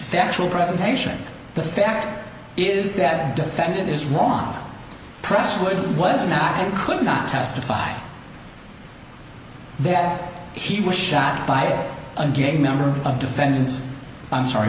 factual presentation the fact is that defendant is wrong presswood was not and could not testify that he was shot by a gang member of the defendant's i'm sorry